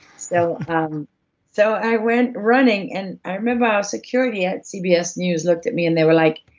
so um so i went running and i remember our security at cbs news looked at me and they were like,